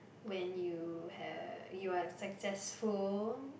when you have you're successful